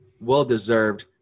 well-deserved